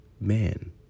man